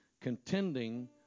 contending